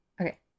okay